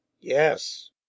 yes